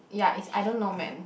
ya is I don't know man